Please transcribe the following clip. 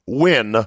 win